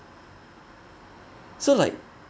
so like